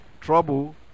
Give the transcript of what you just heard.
Trouble